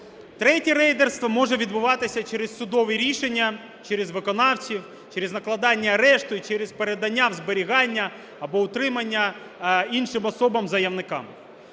Третє рейдерство може відбуватися через судові рішення, через виконавців, через накладання арешту і через передання в зберігання або утримання іншим особам-заявникам.